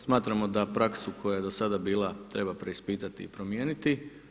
Smatramo da praksu koja je do sada bila treba preispitati i promijeniti.